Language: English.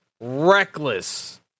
reckless